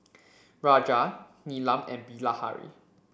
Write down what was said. Raja Neelam and Bilahari